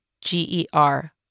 G-E-R